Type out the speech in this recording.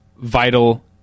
vital